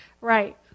Right